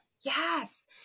yes